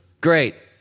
Great